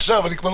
גרעינית.